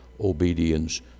obedience